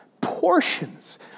Portions